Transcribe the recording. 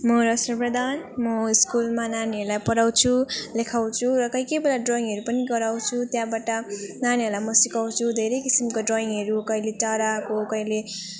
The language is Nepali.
म रसमी प्रधान म स्कुलमा नानीहरूलाई पढाउँछु लेखाउँछु र कोही कोही बेला ड्रयिङहरू पनि गराउँछु त्यहाँबाट नानीहरूलाई म सिकाउँछु धेरै किसिमको ड्रयिङहरू कहिले चराहरूको कहिले